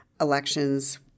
elections